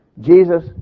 Jesus